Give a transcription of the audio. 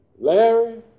Larry